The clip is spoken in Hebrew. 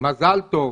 אורית, מזל טוב.